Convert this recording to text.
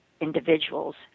individuals